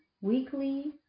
weekly